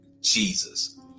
Jesus